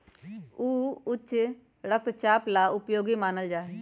ऊ उच्च रक्तचाप ला उपयोगी मानल जाहई